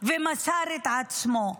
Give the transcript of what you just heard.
ומסר את עצמו.